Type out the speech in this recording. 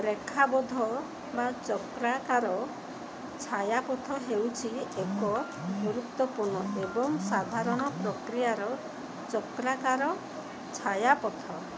ରେଖାବଦ୍ଧ ବା ଚକ୍ରାକାର ଛାୟାପଥ ହେଉଛି ଏକ ଗୁରୁତ୍ୱପୂର୍ଣ୍ଣ ଏବଂ ସାଧାରଣ ପ୍ରକ୍ରିୟାର ଚକ୍ରାକାର ଛାୟାପଥ